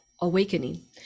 awakening